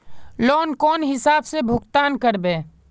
Loan कौन हिसाब से भुगतान करबे?